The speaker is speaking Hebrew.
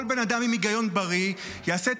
כל בן אדם עם היגיון בריא יעשה את